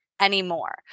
anymore